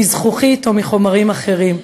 מזכוכית או מחומרים אחרים.